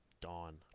Dawn